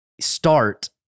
start